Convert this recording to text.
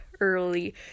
early